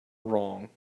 wrong